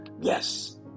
yes